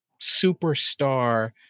superstar